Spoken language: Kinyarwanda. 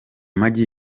magi